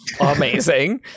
amazing